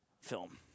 film